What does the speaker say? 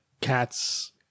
cats